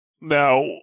Now